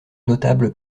notable